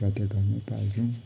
प्रत्येक घरमै पाल्छौँ